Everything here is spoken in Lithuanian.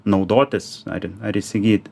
naudotis ar ar įsigyti